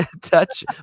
touch